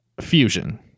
Fusion